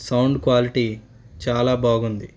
sound quality చాలా బాగుంది